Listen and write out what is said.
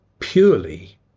purely